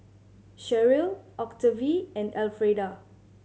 Sharyl Octavie and Alfreda